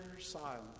silence